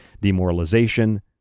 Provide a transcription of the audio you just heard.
demoralization